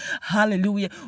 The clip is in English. Hallelujah